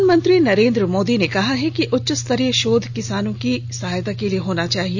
प्रधानमंत्री नरेंद्र मोदी ने कहा है कि उच्चस्तरीय शोध किसानों की सहायता के लिए होना चाहिए